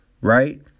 right